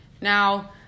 Now